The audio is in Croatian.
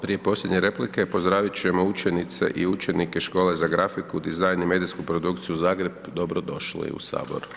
Prije posljednje replike pozdraviti ćemo učenice i učenike Škole za grafiku, dizajn i medijsku produkciju Zagreb, dobro došli u Sabor.